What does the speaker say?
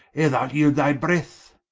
ere thou yeeld thy breath,